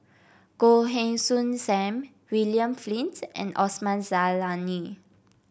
Goh Heng Soon Sam William Flint and Osman Zailani